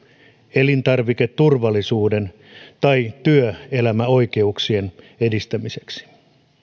elintarviketurvallisuuden tai työelämäoikeuksien edistämiseksi